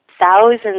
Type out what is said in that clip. Thousands